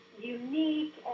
unique